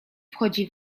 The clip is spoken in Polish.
wchodzi